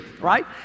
right